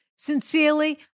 Sincerely